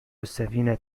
السفينة